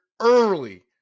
early